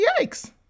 yikes